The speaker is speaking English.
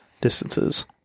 distances